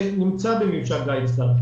שנמצא בממשק גיידסטאר.